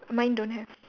mine don't have